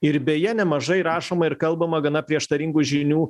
ir beje nemažai rašoma ir kalbama gana prieštaringų žinių